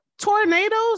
tornadoes